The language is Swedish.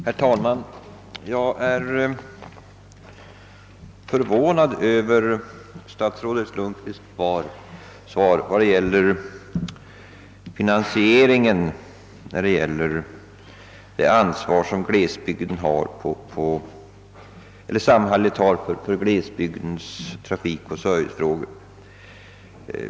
Herr talman! Jag är förvånad över statsrådet Lundkvists svar när det gäller finansieringen av de samhälleliga åtgärderna för glesbygdernas trafikförsörjning och servicefrågor.